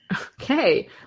Okay